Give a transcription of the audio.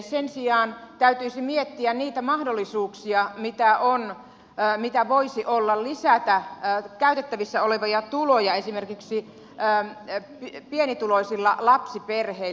sen sijaan täytyisi miettiä niitä mahdollisuuksia mitä voisi olla lisätä käytettävissä olevia tuloja esimerkiksi pienituloisilla lapsiperheillä